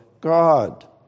God